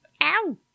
Ow